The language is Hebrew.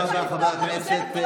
באמת.